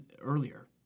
earlier